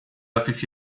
hafif